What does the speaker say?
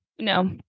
No